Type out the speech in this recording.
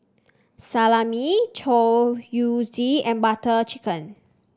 Salami Chorizo and Butter Chicken